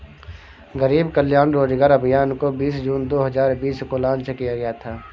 गरीब कल्याण रोजगार अभियान को बीस जून दो हजार बीस को लान्च किया गया था